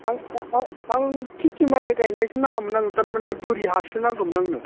आं खेथि माय गायनायखौ नाङामोन आंनो थारमाने बोरि हासो नांगौमोन आंनो